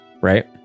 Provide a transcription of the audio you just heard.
right